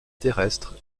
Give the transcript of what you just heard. terrestre